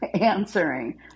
answering